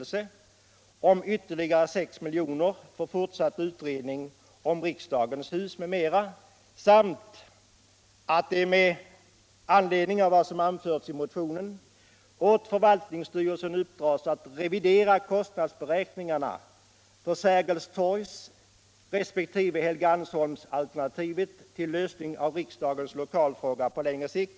Riksdagens lokalfrågor på länsre sikt Riksdagens lokalfrågor på längre sikt